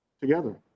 Together